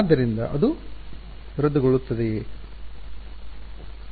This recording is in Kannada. ಆದ್ದರಿಂದ ಅದು ರದ್ದುಗೊಳ್ಳುತ್ತದೆಯೇ